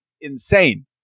insane